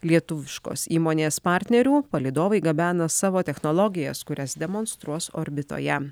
lietuviškos įmonės partnerių palydovai gabena savo technologijas kurias demonstruos orbitoje